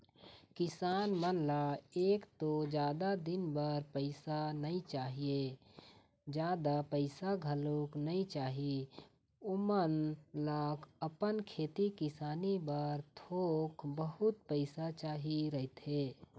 किसान मन ल एक तो जादा दिन बर पइसा नइ चाही, जादा पइसा घलोक नइ चाही, ओमन ल अपन खेती किसानी बर थोक बहुत पइसा चाही रहिथे